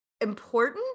important